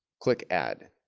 click add